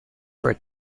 for